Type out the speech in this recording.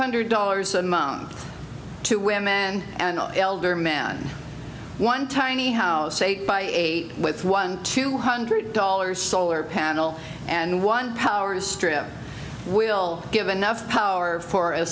hundred dollars a month to women and elder man one tiny house eight by eight with one two hundred dollars solar panel and one power strip will give enough power for a